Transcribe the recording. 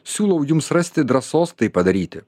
siūlau jums rasti drąsos tai padaryti